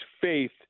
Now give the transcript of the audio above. faith